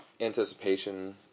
anticipation